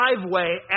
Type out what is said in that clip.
driveway